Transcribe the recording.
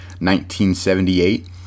1978